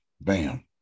Bam